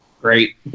great